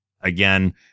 Again